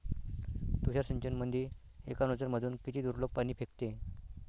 तुषार सिंचनमंदी एका नोजल मधून किती दुरलोक पाणी फेकते?